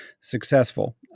successful